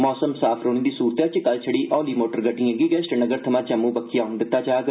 मौसम साफ रौहन दी सूरतै च कल छड़ी हौली मोटर गडपिएं गी गै श्रीनगर थमां जम्मू बक्खी औन दिता जाग